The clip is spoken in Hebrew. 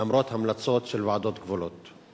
למרות המלצות של ועדות גבולות.